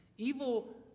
Evil